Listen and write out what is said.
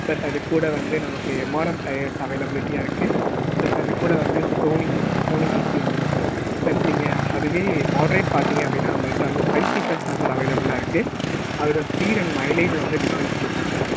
plus அது கூட வந்து நமக்கு எம்ஆர்எஃப் டயர்ஸ் அவேலபிலிட்டியாக இருக்குது ப்ளஸ் அது கூட வந்து சோனி சோனி ஏசி வந்துடும் சார் ப்ளஸ் நீங்கள் அதுவே மாட்ரேட் பார்த்தீங்க அப்படின்னா நம்மள்ட வந்து ஃபை சீட்டர்ஸ் தான் சார் அவேளபுலாக இருக்குது அதோடய ஸ்பீட் அண்ட் மைலேஜ் வந்து டிஃப்ரென்ஸ் கொடுக்கும் சார்